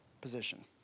position